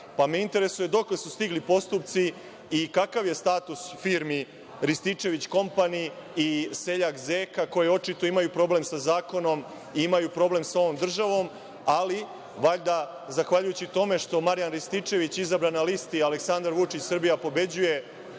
Pa, me interesuje dokle su stigli postupci i kakav je status firmi „Rističević kompani“ i“Seljak Zeka“ koje očito imaju problem sa zakonom i imaju problem sa ovom državom, ali valjda zahvaljujući tome što Marjan Rističević izabran na listi - Aleksandar Vučić Srbija pobeđuje,